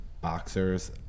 Boxer's